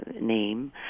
name